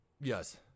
Yes